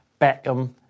Beckham